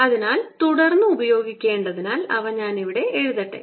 അതിനാൽ തുടർന്ന് ഉപയോഗിക്കേണ്ടതിനാൽ അവ ഞാൻ ഇവിടെ എഴുതട്ടെ